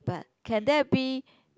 but can that be